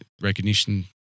recognition